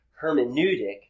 hermeneutic